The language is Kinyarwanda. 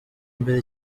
mbere